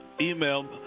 email